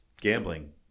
gambling